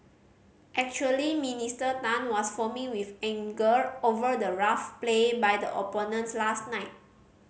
actually Minister Tan was foaming with anger over the rough play by the opponents last night